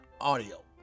audio